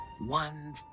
one